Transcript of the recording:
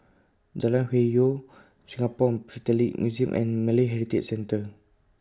Jalan Hwi Yoh Singapore Philatelic Museum and Malay Heritage Center